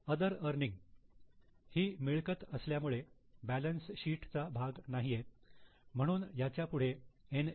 other earning ही मिळकत असल्यामुळे बॅलन्स शीट चा भाग नाहीये म्हणून याच्या पुढे एन